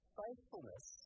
faithfulness